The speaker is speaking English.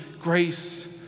grace